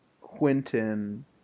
Quentin